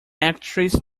actress